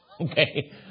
Okay